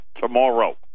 tomorrow